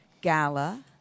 gala